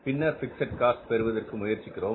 பின்னர் fixed cost பெறுவதற்கு முயற்சிக்கிறோம்